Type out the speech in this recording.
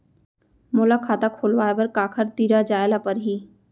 मोला खाता खोलवाय बर काखर तिरा जाय ल परही?